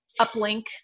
uplink